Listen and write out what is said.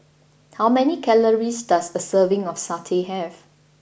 how many calories does a serving of Satay have